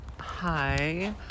Hi